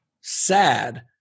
sad